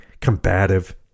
combative